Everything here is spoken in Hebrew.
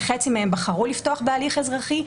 חצי מהם בחרו לפתוח בהליך אזרחי,